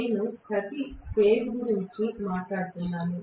నేను ప్రతి ఫేజ్ గురించి మాట్లాడుతున్నాను